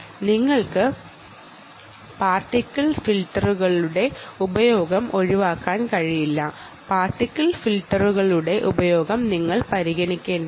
നിങ്ങൾക്ക് പാർട്ടിക്കിൾ ഫിൽട്ടറുകളുടെ ഉപയോഗം ഒഴിവാക്കാൻ കഴിയില്ല പാർട്ടിക്കിൾ ഫിൽട്ടറുകളുടെ ഉപയോഗം നിങ്ങൾ പരിഗണിക്കേണ്ടതുണ്ട്